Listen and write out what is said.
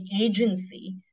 agency